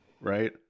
right